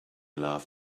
laugh